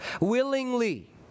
willingly